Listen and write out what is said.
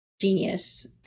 genius